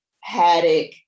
haddock